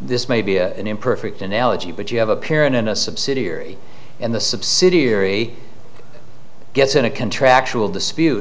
this may be an imperfect analogy but you have a parent in a subsidiary and the subsidiary gets in a contractual dispute